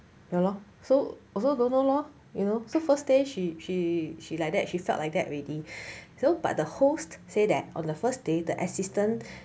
ya lor so also don't know lor you know so first day she she she like that she felt like that already so but the host said that on the first day the assistant